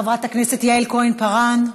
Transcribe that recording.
חברת הכנסת יעל כהן-פארן,